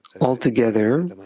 altogether